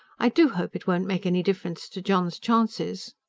i do hope it won't make any difference to john's chances.